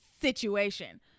situation